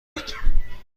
بود